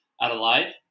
Adelaide